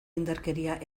indarkeria